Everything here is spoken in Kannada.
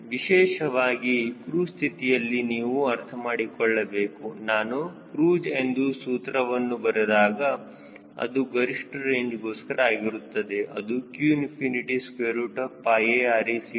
ವಿಶೇಷವಾಗಿ ಕ್ರೂಜ್ ಸ್ಥಿತಿಯಲ್ಲಿ ನೀವು ಅರ್ಥ ಮಾಡಿಕೊಳ್ಳಬೇಕು ನಾನು ಕ್ರೂಜ್ ಎಂದು ಸೂತ್ರವನ್ನು ಬರೆದಾಗ ಅದು ಗರಿಷ್ಠ ರೇಂಜ್ ಗೋಸ್ಕರ ಆಗಿರುತ್ತದೆ ಅದು qAReCD0